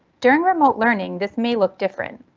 during remote learning this may look different.